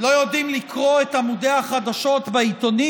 לא יודעים לקרוא את עמודי החדשות בעיתונים?